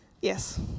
Yes